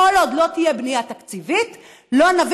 כל עוד לא תהיה בנייה תקציבית לא נביא